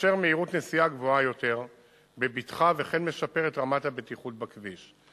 מאפשר מהירות נסיעה גבוהה יותר בבטחה וכן משפר את רמת הבטיחות בכביש.